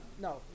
no